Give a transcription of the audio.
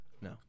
No